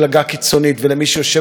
ולמי שיושבת במפלגה הזאת,